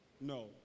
no